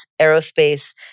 aerospace